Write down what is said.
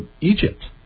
Egypt